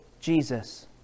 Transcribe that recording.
Jesus